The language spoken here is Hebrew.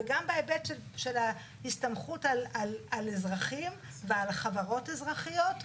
וגם בהיבט של ההסתמכות על אזרחים ועל חברות אזרחיות,